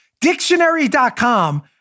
dictionary.com